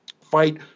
fight